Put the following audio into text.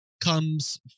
comes